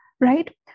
right